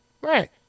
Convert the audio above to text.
Right